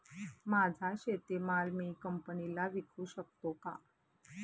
माझा शेतीमाल मी कंपनीला विकू शकतो का?